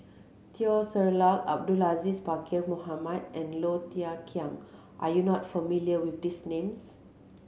Teo Ser Luck Abdul Aziz Pakkeer Mohamed and Low Thia Khiang are you not familiar with these names